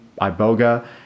iboga